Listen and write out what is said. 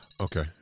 Okay